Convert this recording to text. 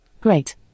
Great